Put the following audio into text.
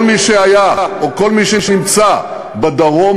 כל מי שהיה או כל מי שנמצא בדרום,